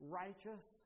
righteous